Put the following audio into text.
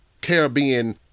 caribbean